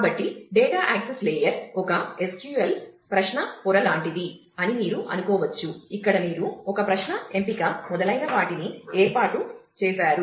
కాబట్టి data access layer ఒక SQL ప్రశ్న పొర లాంటిది అని మీరు అనుకోవచ్చు ఇక్కడ మీరు ఒక ప్రశ్న ఎంపిక మొదలైనవాటిని ఏర్పాటు చేసారు